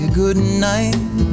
goodnight